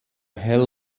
hell